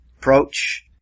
Approach